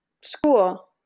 school